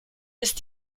ist